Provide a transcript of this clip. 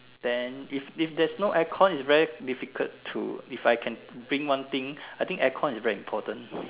then if if there is no aircon it's very difficult to if I can bring one thing I think aircon is very important